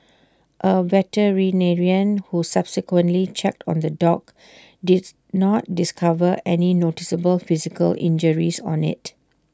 A veterinarian who subsequently checked on the dog did not discover any noticeable physical injuries on IT